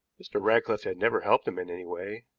mr. ratcliffe had never helped him in any way